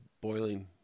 boiling